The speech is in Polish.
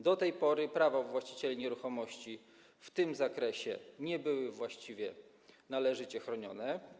Do tej pory prawa właścicieli nieruchomości w tym zakresie nie były właściwie, należycie chronione.